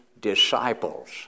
disciples